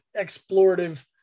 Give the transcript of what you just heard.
explorative